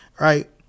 right